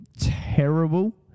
terrible